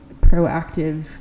proactive